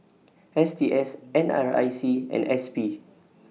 S T S N R I C and S P